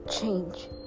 change